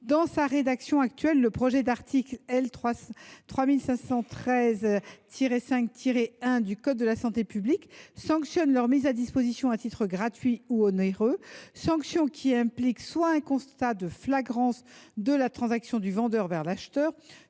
Dans sa rédaction actuelle, en effet, le projet d’article L. 3513 5 1 du code de la santé publique sanctionne leur mise à disposition à titre gratuit ou onéreux. Cette sanction implique soit un constat de flagrance de la transaction du vendeur vers l’acheteur,